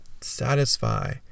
satisfy